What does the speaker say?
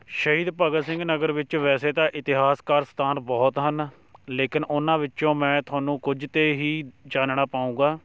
ਸ਼ਹੀਦ ਭਗਤ ਸਿੰਘ ਨਗਰ ਵਿੱਚ ਵੈਸੇ ਤਾਂ ਇਤਿਹਾਸਕਾਰ ਸਥਾਨ ਬਹੁਤ ਹਨ ਲੇਕਿਨ ਉਹਨਾਂ ਵਿੱਚੋਂ ਮੈਂ ਤੁਹਾਨੂੰ ਕੁਝ 'ਤੇ ਹੀ ਚਾਨਣਾ ਪਾਊਂਗਾ